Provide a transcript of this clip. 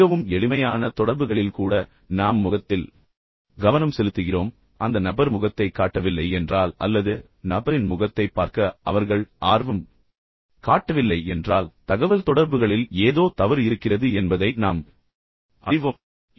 மிகவும் எளிமையான தொடர்புகளில் கூட நாம் முகத்தில் கவனம் செலுத்துகிறோம் அந்த நபர் முகத்தைக் காட்டவில்லை என்றால் அல்லது நபரின் முகத்தைப் பார்க்க அவர்கள் ஆர்வம் காட்டவில்லை என்றால் தகவல்தொடர்புகளில் ஏதோ தவறு இருக்கிறது என்பதை நாம் அறிவோம்